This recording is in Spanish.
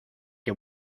que